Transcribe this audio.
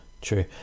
True